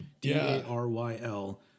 D-A-R-Y-L